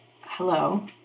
Hello